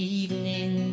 evening